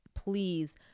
please